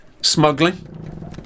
Smuggling